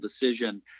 decision